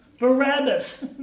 Barabbas